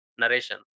narration